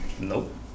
Nope